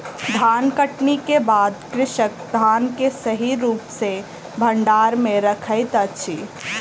धानकटनी के बाद कृषक धान के सही रूप सॅ भंडार में रखैत अछि